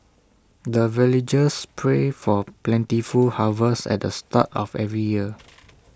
the villagers pray for plentiful harvest at the start of every year